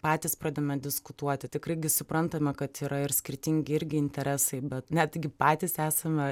patys pradedame diskutuoti tikrai suprantame kad yra ir skirtingi irgi interesai bet netgi patys esame